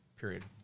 period